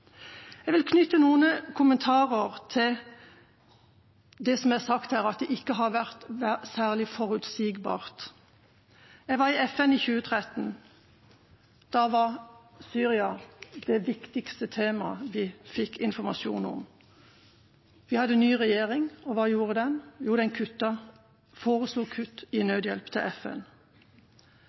Jeg vil knytte noen kommentarer til det som er sagt her om at det ikke har vært særlig forutsigbart. Jeg var i FN i 2013. Da var Syria det viktigste temaet vi fikk informasjon om. Vi hadde en ny regjering. Og hva gjorde den? Jo, den foreslo kutt i nødhjelp til FN.